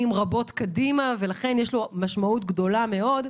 רבות קדימה ולכן יש לו משמעות גדולה מאוד.